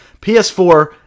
PS4